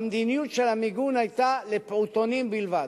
המדיניות של המיגון היתה לפעוטונים בלבד,